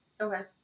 Okay